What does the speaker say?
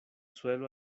suelo